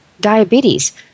diabetes